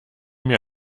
mir